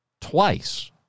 Twice